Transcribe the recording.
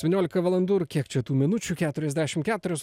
devyniolika valandų ir kiek čia tų minučių keturiasdešim keturios